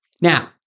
Now